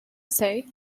say